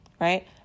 right